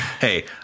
hey